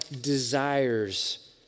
desires